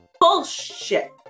bullshit